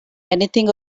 anything